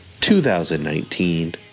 2019